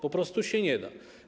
Po prostu się nie da.